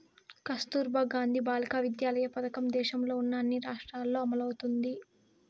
కస్తుర్బా గాంధీ బాలికా విద్యాలయ పథకం దేశంలో ఉన్న అన్ని రాష్ట్రాల్లో అమలవుతోంది